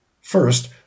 First